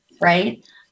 right